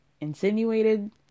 insinuated